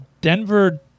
Denver